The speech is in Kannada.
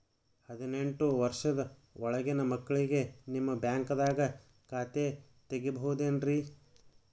ಹದಿನೆಂಟು ವರ್ಷದ ಒಳಗಿನ ಮಕ್ಳಿಗೆ ನಿಮ್ಮ ಬ್ಯಾಂಕ್ದಾಗ ಖಾತೆ ತೆಗಿಬಹುದೆನ್ರಿ?